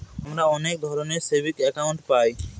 আমরা অনেক ধরনের সেভিংস একাউন্ট পায়